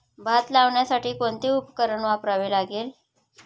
भात लावण्यासाठी कोणते उपकरण वापरावे लागेल?